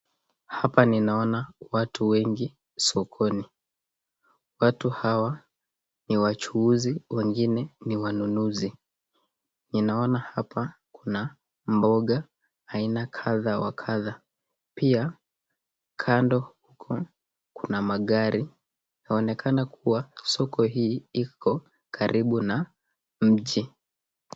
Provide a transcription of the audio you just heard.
Hapa ninaona watu wengi sokoni. Watu hawa ni wachuuzi wengine ni wanunuzi. Ninaona hapa kuna mboga aina kadha wa kadha pia kando kuna magari. Inaonekana kuwa soko hii iko karibu na mji.